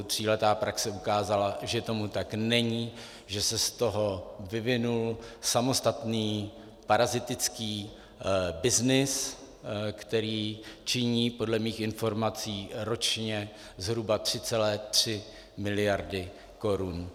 Tříletá praxe ukázala, že tomu tak není, že se z toho vyvinul samostatný parazitický byznys, který činí podle mých informací ročně zhruba 3,3 miliardy korun.